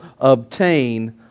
obtain